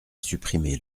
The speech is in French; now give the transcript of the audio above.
supprimer